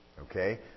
Okay